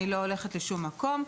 אני לא הולכת לשום מקום.